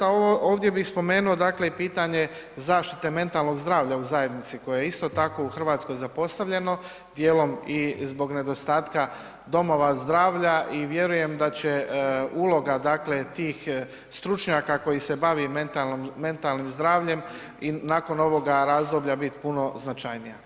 A ovdje bi spomenuo dakle i pitanje zaštite mentalnog zdravlja u zajednici koje je isto tako u Hrvatskoj zapostavljeno, dijelom i zbog nedostatka domova zdravlja i vjerujem da će uloga dakle tih stručnjaka koji se bavi mentalnim zdravljem i nakon ovoga razdoblja biti puno značajnija.